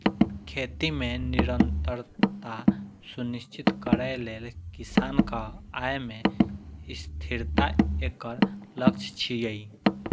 खेती मे निरंतरता सुनिश्चित करै लेल किसानक आय मे स्थिरता एकर लक्ष्य छियै